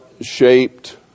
shaped